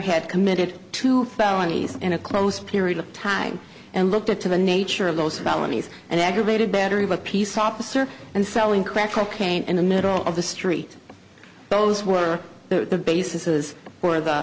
had committed to felonies in a close period of time and looked at to the nature of those felonies and aggravated battery of a peace officer and selling crack cocaine in the middle of the street those were the basis is for the